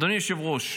אדוני היושב-ראש,